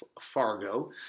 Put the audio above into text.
Fargo